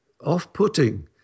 off-putting